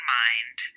mind